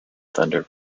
thunder